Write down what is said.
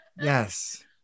Yes